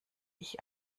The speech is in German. ich